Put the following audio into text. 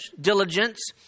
diligence